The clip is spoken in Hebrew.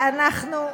תביאי אותם לוועדה שלי,